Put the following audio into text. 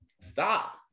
Stop